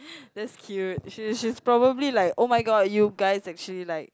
that's cute she she's probably like oh-my-god you guys actually like